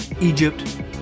Egypt